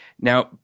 Now